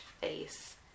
face